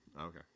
Okay